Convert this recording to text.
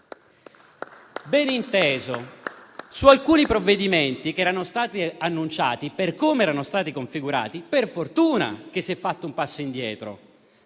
Beninteso: su alcuni provvedimenti che erano stati annunciati, per come erano stati configurati, fortunatamente si è fatto un passo indietro.